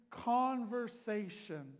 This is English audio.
conversation